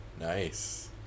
Nice